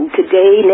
today